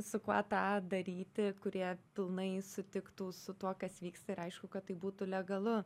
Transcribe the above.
su kuo tą daryti kurie pilnai sutiktų su tuo kas vyksta ir aišku kad tai būtų legalu